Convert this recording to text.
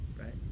right